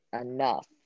enough